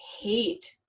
hate